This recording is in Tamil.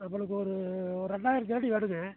நம்மளுக்கு ஒரு ஒரு ரெண்டாயிரம் சதுரஅடி வருங்க